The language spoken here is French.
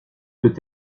peut